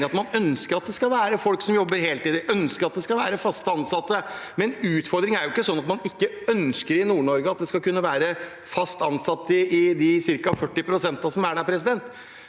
at man ønsker at det skal være folk som jobber heltid, og at det skal være fast ansatte, men utfordringen er jo ikke at man ikke ønsker i Nord-Norge at det skal kunne være fast ansatte i de ca. 40 pst. som er der.